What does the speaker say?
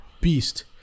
beast